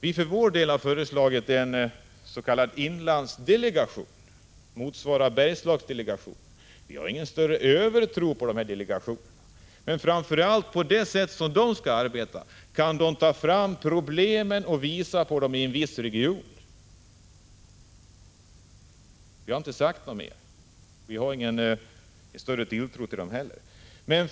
Vi har föreslagit en s.k. inlandsdelegation, som motsvarar Bergslagsdelegationen. Vi har ingen större övertro på delegationer, men på det sätt som de skall arbeta kan de ta fram problemen och visa på dem i en viss region. Vi har inte sagt något mer — vi har ingen större tilltro till dessa delegationer.